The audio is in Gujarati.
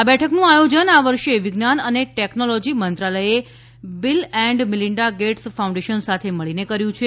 આ બેઠકનું આથોજન આ વર્ષે વિજ્ઞાન અને ટેકનોલોજી મંત્રાલયે Bill and Melinda Gates Foundation સાથે મળીને કર્યું છે